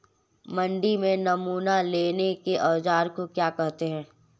मंडी में नमूना लेने के औज़ार को क्या कहते हैं?